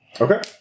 Okay